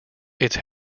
its